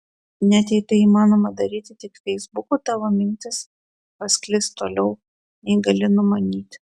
net jei tai įmanoma daryti tik feisbuku tavo mintis pasklis toliau nei gali numanyti